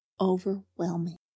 overwhelming